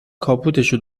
کاپوتشو